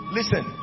Listen